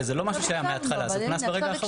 וזה לא משהו שהיה מההתחלה, זה הוכנס ברגע האחרון.